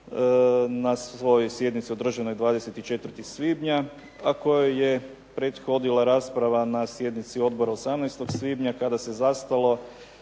na svojoj sjednici održanoj 24. svibnja, a kojoj je prethodila rasprava na sjednici odbora 18. svibnja kada se zastalo